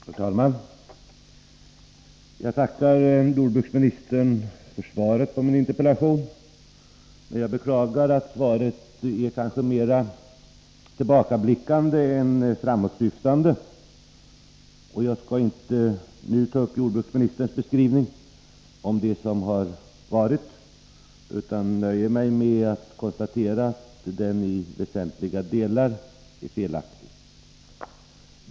Herr talman! Jag tackar jordbruksministern för svaret på min interpellation. Jag beklagar att svaret är mera tillbakablickande än framåtsyftande. Jag skall inte nu ta upp jordbruksministerns beskrivning av vad som har varit. Jag nöjer mig med att konstatera att den i väsentliga delar är felaktig.